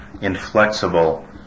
inflexible